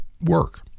work